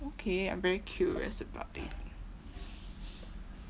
okay I'm very curious about it